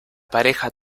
pareja